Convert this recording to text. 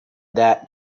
that